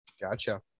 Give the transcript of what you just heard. Gotcha